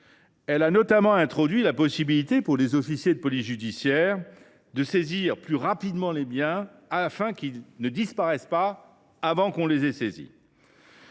Elle a notamment introduit la possibilité pour les officiers de police judiciaire de saisir plus rapidement les biens afin qu’ils ne disparaissent pas. La confiscation